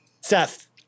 Seth